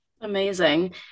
Amazing